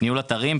ניהול אתרים,